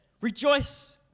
Rejoice